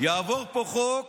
יעבור פה חוק